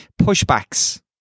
Pushbacks